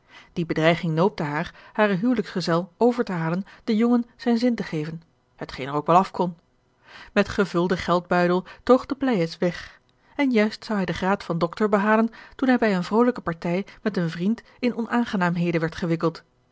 die bedreiging noopte haar haren huwelijksgezel over te halen den jongen zijn zin te geven hetgeen er ook wel afkon met gevulden geldbuidel toog de pleyes weg en juist zou hij den graad van doctor behalen toen hij bij eene vrolijke partij met een vriend in onaangenaamheden werd gewikkeld